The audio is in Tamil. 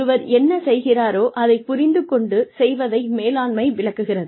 ஒருவர் என்ன செய்கிறாரோ அதைப் புரிந்து கொண்டு செய்வதை மேலாண்மை விளக்குகிறது